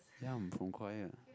ya I'm from choir